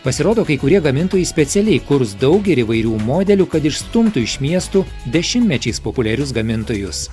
pasirodo kai kurie gamintojai specialiai kurs daug ir įvairių modelių kad išstumtų iš miestų dešimtmečiais populiarius gamintojus